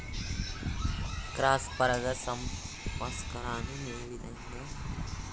Cross పరాగ సంపర్కాన్ని నేను ఏ విధంగా నివారించచ్చు?